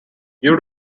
you